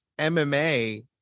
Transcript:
MMA